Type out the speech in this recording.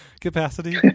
capacity